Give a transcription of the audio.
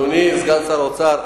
אדוני סגן שר האוצר,